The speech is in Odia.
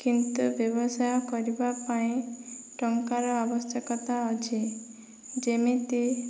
କିନ୍ତୁ ବ୍ୟବସାୟ କରିବା ପାଇଁ ଟଙ୍କାର ଆବଶ୍ୟକତା ଅଛି ଯେମିତି